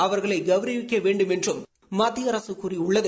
அவர்களை கௌரவிக்க வேண்டுமென்றும் மத்திய அரசு கூறியுள்ளது